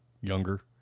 younger